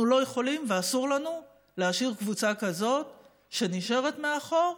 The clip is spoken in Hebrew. אנחנו לא יכולים ואסור לנו להשאיר קבוצה כזאת שנשארת מאחור.